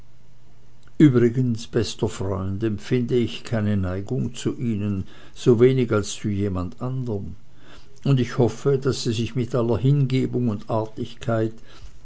übrigens bester freund empfinde ich keine neigung zu ihnen sowenig als zu jemand anderm und hoffe daß sie sich mit aller hingebung und artigkeit